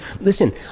listen